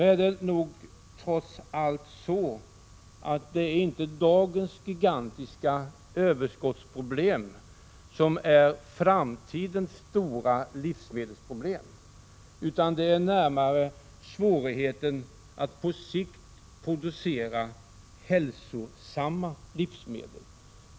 Trots allt är det inte dagens gigantiska överproduktion som är framtidens stora livsmedelsproblem, utan det är snarare svårigheten att på sikt producera hälsosamma livsmedel.